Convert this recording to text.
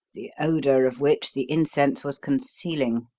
the odour of which the incense was concealing.